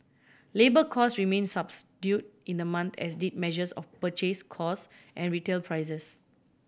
labour cost remain subdue in the month as did measures of purchase costs and retail prices